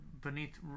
beneath